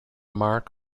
mark